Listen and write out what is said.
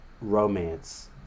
romance